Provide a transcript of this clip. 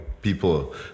People